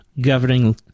governing